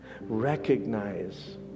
recognize